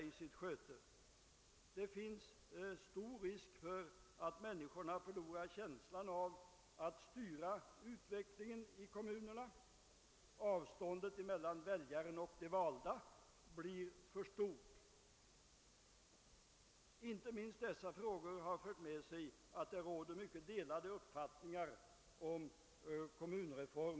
Vidare föreslås att skatteförvaltningen i länsstyrelsen blir omorganiserad med en klarare åtskillnad mellan den fiskala och den dömande verksamheten. Åtgärder föreslås för att förbättra förvaltningsrättskipningen.